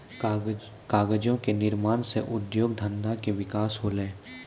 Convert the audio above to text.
कागजो क निर्माण सँ उद्योग धंधा के विकास होलय